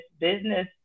business